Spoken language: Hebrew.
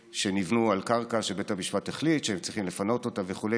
שנבנו על קרקע שבית המשפט החליט שהם צריכים לפנות אותה וכו'.